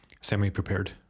semi-prepared